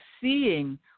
seeing